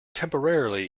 temporarily